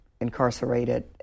incarcerated